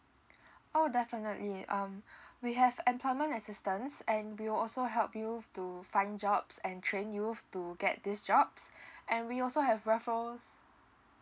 oh definitely um we have employment assistance and we also help you to find jobs and train you to get these jobs and we also have raffles